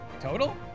Total